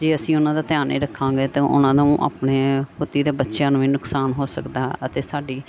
ਜੇ ਅਸੀਂ ਉਹਨਾਂ ਦਾ ਧਿਆਨ ਨਹੀਂ ਰੱਖਾਂਗੇ ਅਤੇ ਉਹਨਾਂ ਨੂੰ ਆਪਣੇ ਪਤੀ ਦੇ ਬੱਚਿਆਂ ਨੂੰ ਵੀ ਨੁਕਸਾਨ ਹੋ ਸਕਦਾ ਅਤੇ ਸਾਡੀ